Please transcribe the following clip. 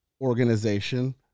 organization